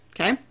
Okay